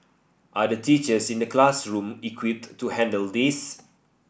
are the teachers in the classroom equipped to handle this